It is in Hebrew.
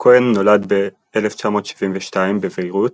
כהן נולד ב-1972 בביירות,